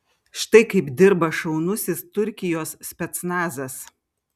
štai kaip dirba šaunusis turkijos specnazas